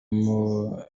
muririmbyi